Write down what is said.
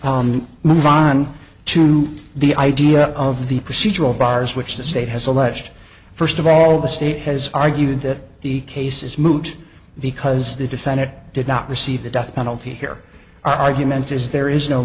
move on to the idea of the procedural bars which the state has alleged first of all the state has argued that the case is moot because the defendant did not receive the death penalty here our argument is there is no